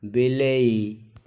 ବିଲେଇ